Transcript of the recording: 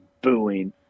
booing